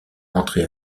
entrer